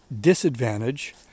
disadvantage